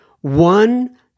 one